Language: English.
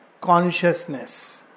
consciousness